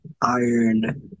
iron